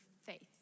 faith